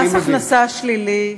מס הכנסה שלילי,